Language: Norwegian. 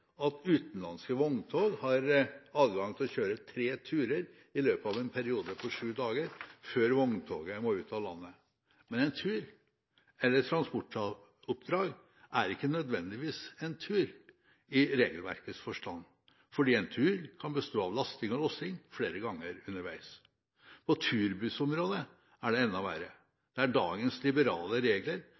at utenlandske vogntog har adgang til å kjøre tre turer i løpet av en periode på sju dager før vogntoget må ut av landet. En tur, eller et transportoppdrag, er ikke nødvendigvis en tur i regelverkets forstand, for en tur kan bestå av lasting og lossing flere ganger underveis. På turbussområdet er det enda verre. Dagens liberale regler